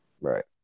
Right